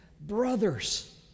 brothers